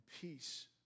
peace